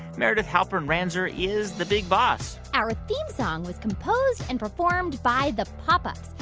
meredith halpern-ranzer is the big boss our theme song was composed and performed by the pop ups.